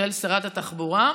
שרת התחבורה.